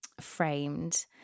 framed